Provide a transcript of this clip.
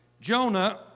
Jonah